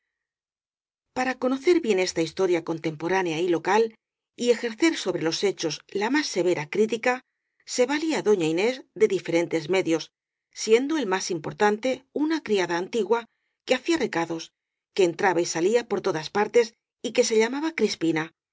para conocer bien esta historia contemporánea y local y ejercer sobre los hechos la más severa crítica se valía doña inés de diferentes medios siendo el más importante una criada antigua que hacía recados que entraba y salía por todas partes y que se llamaba crispina